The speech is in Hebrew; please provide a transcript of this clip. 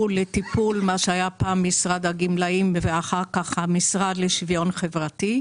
לטיפול מה שהיה פעם משרד הגמלאים ואחר כך המשרד לשוויון חברתי.